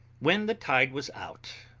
when the tide was out,